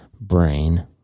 brain